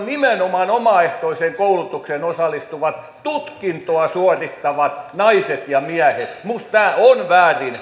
nimenomaan omaehtoiseen koulutukseen osallistuvat tutkintoa suorittavat naiset ja miehet minusta tämä on väärin